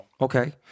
Okay